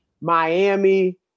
Miami